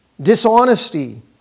dishonesty